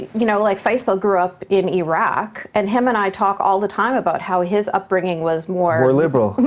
you know like faisal grew up in iraq, and him and i talk all the time about how his upbringing was more more liberal.